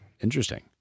Interesting